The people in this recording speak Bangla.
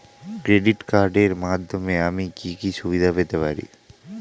ক্রেডিট কার্ডের মাধ্যমে আমি কি কি সুবিধা পেতে পারি?